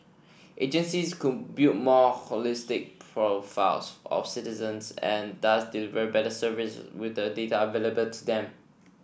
agencies could build more holistic profiles of citizens and thus deliver better service with the data available to them